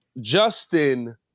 Justin